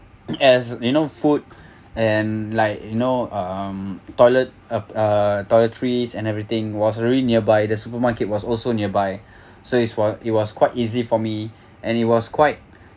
as you know food and like you know um toilet uh uh toiletries and everything was really nearby the supermarket was also nearby so is for it was quite easy for me and it was quite